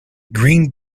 green